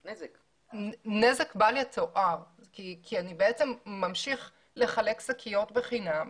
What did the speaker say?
נזק בל יתואר כי אני ממשיך לחלק שקיות בחינם